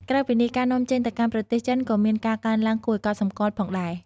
ក្រៅពីនេះ ការនាំចេញទៅកាន់ប្រទេសចិនក៏មានការកើនឡើងគួរឲ្យកត់សម្គាល់ផងដែរ។